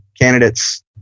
candidates